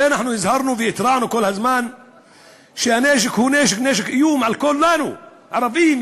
הרי הזהרנו והתרענו כל הזמן שהנשק הוא איום על כולנו: ערבים,